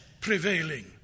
prevailing